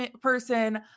person